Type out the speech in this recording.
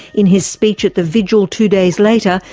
in his speech at the vigil two days later,